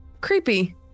creepy